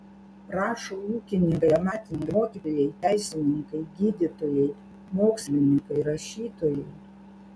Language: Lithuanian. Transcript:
rašo ūkininkai amatininkai mokytojai teisininkai gydytojai mokslininkai rašytojai